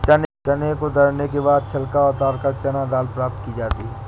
चने को दरने के बाद छिलका उतारकर चना दाल प्राप्त की जाती है